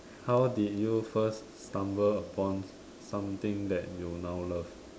how did you first stumble upon something that you now love